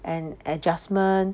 and adjustment